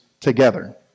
together